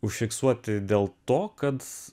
užfiksuoti dėl to kad